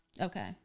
okay